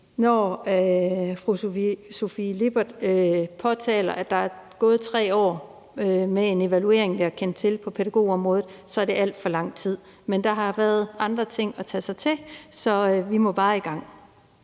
når fru Sofie Lippert påtaler, at der er gået 3 år med en evaluering, vi har kendt til, på pædagogområdet, så er det alt for lang tid. Men der har været andre ting at tage sig til, så vi må bare i gang.